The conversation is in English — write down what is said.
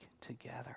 together